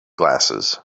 glasses